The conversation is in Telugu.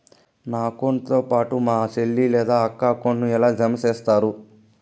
నా అకౌంట్ తో పాటు మా చెల్లి లేదా అక్క అకౌంట్ ను ఎలా జామ సేస్తారు?